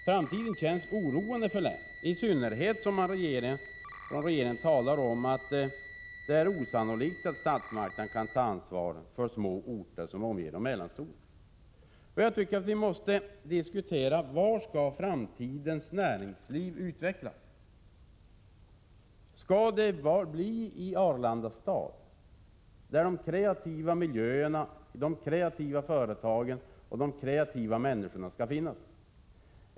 Framtiden känns oroande för länet. I synnerhet som regeringen talar om att det är osannolikt att statsmakterna kan ansvara för små orter som omger de mellanstora. Jag tycker att vi måste diskutera var framtidens näringsliv skall utvecklas. Skall det bli i Arlandastaden där de kreativa miljöerna, de kreativa företagen och de kreativa människorna skall finnas?